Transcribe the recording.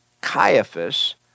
Caiaphas